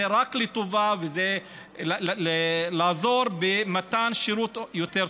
זה רק לטובה, וזה יעזור במתן שירות יותר טוב.